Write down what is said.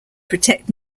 protect